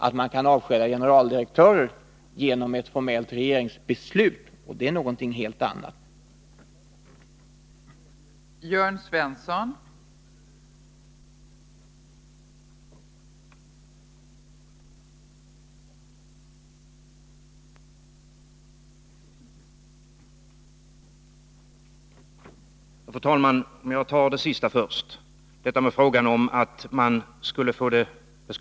Att avskeda generaldirektörer genom ett formellt regeringsbeslut är någonting helt annat än ministerstyre.